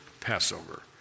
Passover